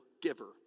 giver